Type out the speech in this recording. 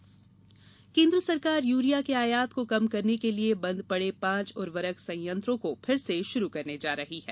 urea केन्द्र सरकार urea के आयात को कम करने के लिए बंद पड़े पांच उर्वरक संयंत्रों को फिर से शुरू करने जा रही है